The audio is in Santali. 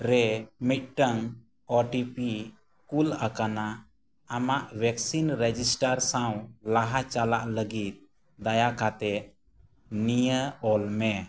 ᱨᱮ ᱢᱤᱫᱴᱟᱹᱝ ᱳᱴᱤᱯᱤ ᱠᱩᱞ ᱟᱠᱟᱱᱟ ᱟᱢᱟᱜ ᱵᱷᱮᱠᱥᱤᱱ ᱨᱮᱡᱤᱥᱴᱟᱨ ᱥᱟᱶ ᱞᱟᱦᱟ ᱪᱟᱞᱟᱜ ᱞᱟᱹᱜᱤᱫ ᱫᱟᱭᱟ ᱠᱟᱛᱮᱫ ᱱᱤᱭᱟᱹ ᱚᱞ ᱢᱮ